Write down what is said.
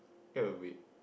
that was weak